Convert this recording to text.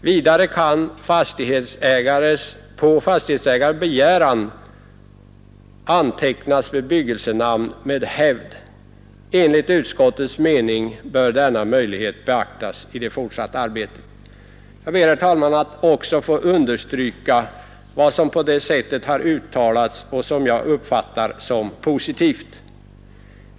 Vidare kan på fastighetsägares begäran antecknas bebyggelsenamn med hävd. Enligt utskottets mening bör denna möjlighet beaktas i det fortsatta arbetet.” Jag ber, herr talman, att också få understryka detta uttalande, som jag uppfattar som positivt.